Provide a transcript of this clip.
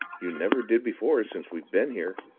you never did before since we've been here.